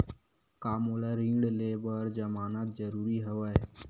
का मोला ऋण ले बर जमानत जरूरी हवय?